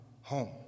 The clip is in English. home